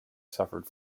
suffered